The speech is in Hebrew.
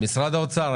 משרד האוצר,